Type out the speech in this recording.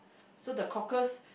so the cockles